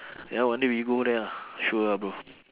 ya one day we go there ah sure ah bro